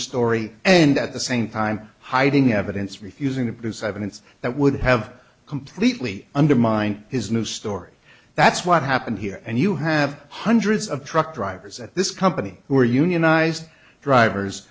story and at the same time hiding evidence refusing to produce evidence that would have completely undermined his new story that's what happened here and you have hundreds of truck drivers at this company who are unionized drivers